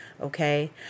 okay